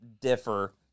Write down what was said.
differ